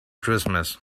christmas